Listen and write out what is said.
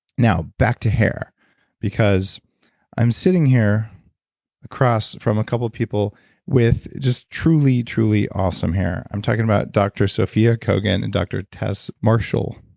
back to hair because i'm sitting here across from a couple people with just truly truly awesome hair. i'm talking about dr. sophia kogan and dr. tess marshall.